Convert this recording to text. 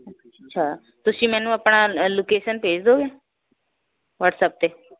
ਅੱਛਾ ਤੁਸੀਂ ਮੈਨੂੰ ਆਪਣਾ ਲੌਕੇਸ਼ਨ ਭੇਜ ਦੋਂਗੇ ਵਟਸਐਪ 'ਤੇ